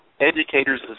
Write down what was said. Educators